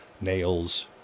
nails